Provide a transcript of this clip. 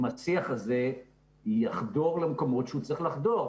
אם השיח הזה יחדור למקומות שהוא צריך לחדור,